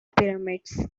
pyramids